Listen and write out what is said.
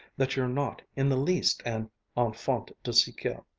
that you're not in the least an enfant du siecle!